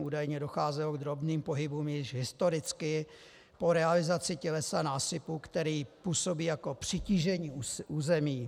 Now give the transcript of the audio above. Údajně docházelo k drobným pohybům již historicky po realizaci tělesa násypu, který působí jako přitížení území.